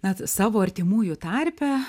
na savo artimųjų tarpe